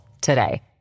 today